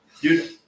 Dude